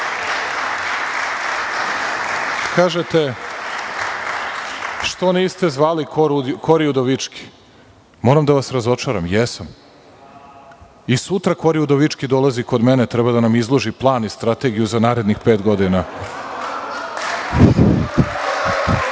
– što niste zvali Kori Udovički? Moram da vas razočaram, jesam. Sutra Kori Udovički dolazi kod mene, treba da nam izloži plan i strategiju za narednih pet godina. Želim